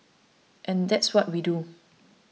and that's what we do